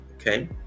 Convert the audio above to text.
okay